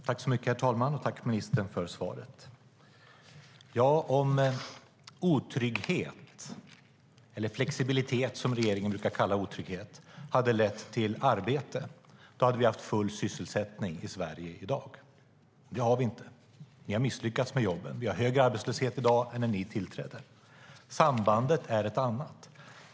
Herr talman! Jag tackar ministern för svaret. Om otrygghet - eller flexibilitet, som regeringen brukar kalla det - hade lett till arbete hade vi haft full sysselsättning i Sverige i dag. Det har vi inte. Ni har misslyckats med jobben. Vi har högre arbetslöshet i dag än när ni tillträdde. Sambandet är ett annat.